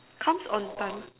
comes on time